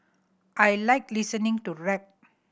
I like listening to rap